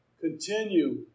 continue